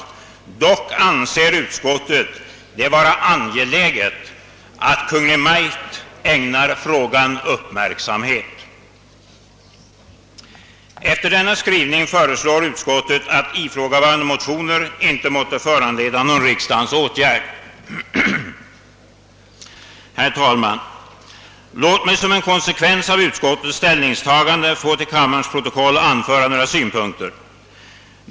Dock anser utskottet det vara »angeläget att Kungl. Maj:t ägnar frågan uppmärksamhet». Efter denna skrivning föreslår utskottet att ifrågavarande motioner icke måtte föranleda någon riksdagens åtgärd. Herr talman! Låt mig som en konsekvens av utskottets ställningstagande få till kammarens protokoll anföra några synpunkter!